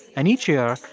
and each year,